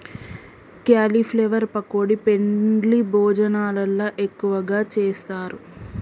cauliflower pakodi పెండ్లి భోజనాలల్ల ఎక్కువగా చేస్తారు